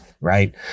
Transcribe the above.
Right